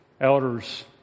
elders